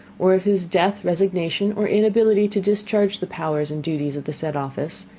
or of his death, resignation, or inability to discharge the powers and duties of the said office,